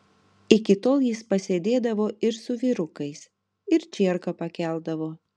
iki tol jis pasėdėdavo ir su vyrukais ir čierką pakeldavo